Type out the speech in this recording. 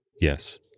Yes